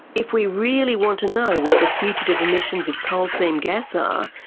if we really want to know what the fugitive emissions of coal seam gas are,